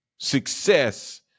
success